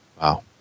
Wow